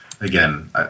again